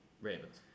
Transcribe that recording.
Ravens